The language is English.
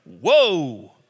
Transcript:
whoa